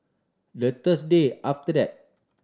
the Thursday after that